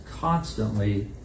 constantly